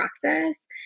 practice